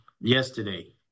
yesterday